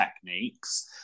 techniques